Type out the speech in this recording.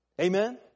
Amen